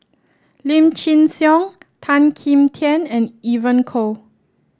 Lim Chin Siong Tan Kim Tian and Evon Kow